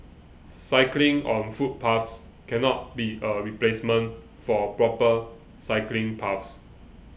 cycling on footpaths cannot be a replacement for proper cycling paths